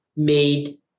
made